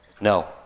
No